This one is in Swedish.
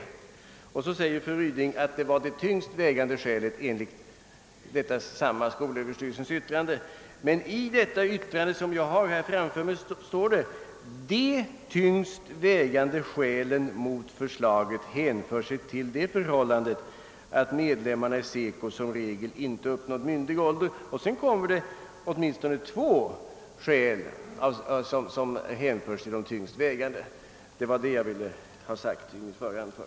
Mot detta sade fru Ryding att det var det tyngst vägande skälet enligt skolöverstyrelsens mening. Men i SÖ:s yttrande som jag har framför mig står följande: »De tyngst vägande skälen mot förslaget hänför sig till det förhållandet att medlemmarna i SECO som regel inte uppnått myndig ålder», och sedan anförs åtminstone två skäl till som hänförs till de tyngst vägande.